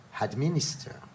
administer